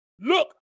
look